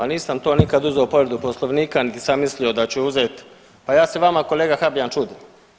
Ma nisam to nikada uzeo, povredu Poslovnika niti sam mislio da ću uzet, pa ja se vama kolega Habijan čudim.